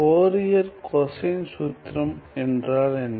Fourier cosine சூத்திரம் என்றால் என்ன